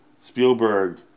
Spielberg